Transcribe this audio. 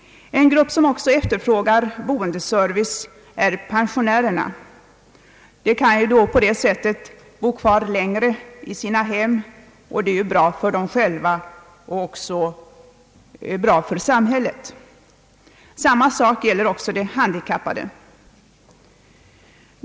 En grupp som också efterfrågar boendeservice är pensionärerna. De kan genom sådan service bo kvar längre i sina hem, och det är bra både för dem själva och för samhället. Samma sak gäller också de handikappade.